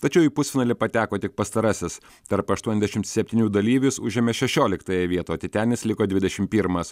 tačiau į pusfinalį pateko tik pastarasis tarp aštuoniasdešim septynių dalyvių jis užėmė šešioliktąją vietą o titenis liko dvidešim pirmas